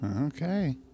Okay